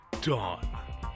Dawn